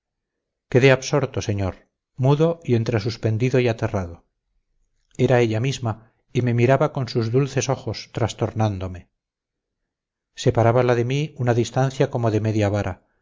quedé absorto señor mudo y entre suspendido y aterrado era ella misma y me miraba con sus dulces ojos trastornándome separábala de mí una distancia como de media vara